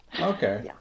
Okay